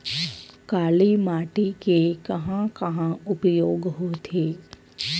काली माटी के कहां कहा उपयोग होथे?